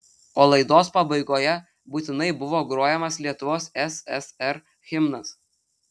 o laidos pabaigoje būtinai buvo grojamas lietuvos ssr himnas